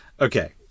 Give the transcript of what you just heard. Okay